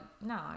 no